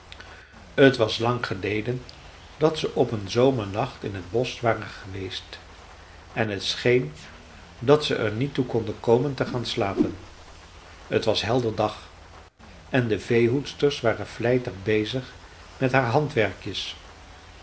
t was lang geleden dat ze op een zomernacht in het bosch waren geweest en t scheen dat ze er niet toe konden komen te gaan slapen t was helder dag en de veehoedsters waren vlijtig bezig met haar handwerkjes